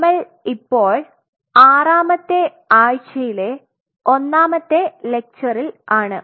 നമ്മൾ ഇപ്പോൾ ആറാമത്തെ ആഴ്ചയിലെ ഒന്നാമത്തെ ലെക്ച്ചറിൽ ആണ്